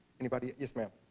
anybody? yes ma'am